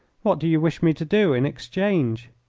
what do you wish me to do in exchange?